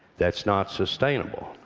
that's not sustainable.